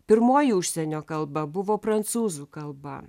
pirmoji užsienio kalba buvo prancūzų kalba